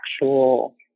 actual